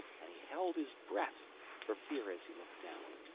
and he held his breath for fear as he looked down.